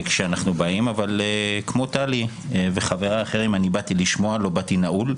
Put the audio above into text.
כמו טלי וחבריי האחרים באתי לשמוע, לא באתי נעול.